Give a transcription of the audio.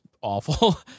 awful